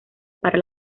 para